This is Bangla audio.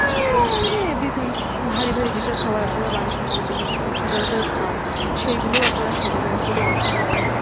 চিকেন এ এভরিথিং ভারী ভারী যেসব খাবার আপনারা বাড়ির সমালোচো সচরাচর খান সেইগুলোও আপনারা খেতে পারেন কোনো অসুবিধা নেই